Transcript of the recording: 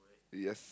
yes